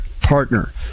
partner